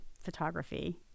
photography